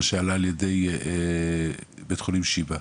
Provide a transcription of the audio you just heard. מה שעלה על-ידי בית חולים שיבא,